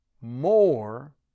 more